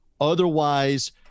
Otherwise